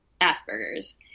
Asperger's